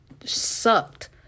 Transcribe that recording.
sucked